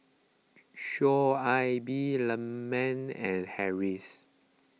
Shoaib Leman and Harris